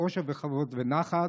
באושר וכבוד ונחת